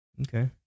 Okay